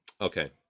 okay